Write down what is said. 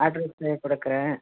address கொடுக்குறேன்